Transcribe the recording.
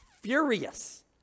furious